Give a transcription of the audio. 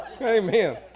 Amen